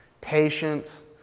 patience